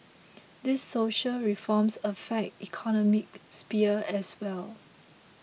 these social reforms affect economic sphere as well